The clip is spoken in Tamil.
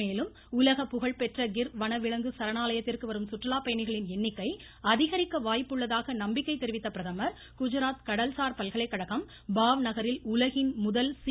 மேலும் உலகப்புகழ் பெற்ற கிர் வனவிலங்கு சரணாலயத்திற்கு வரும் சுற்றுலாப் பயணிகளின் எண்ணிக்கை அதிகரிக்க வாய்ப்புள்ளதாக நம்பிக்கை தெரிவித்த பிரதமர் குஜராத் கடல்சார் பல்கலைகழகம் பாவ் நகரில் உலகின் முதல் சி